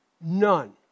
None